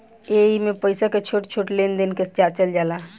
एइमे पईसा के छोट छोट लेन देन के जाचल जाला